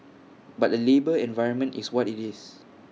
but the labour environment is what IT is